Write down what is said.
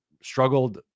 struggled